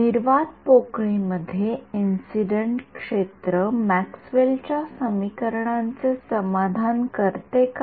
निर्वात पोकळी मध्ये इंसिडेन्ट क्षेत्र मॅक्सवेलच्या समीकरणांचे समाधान करते का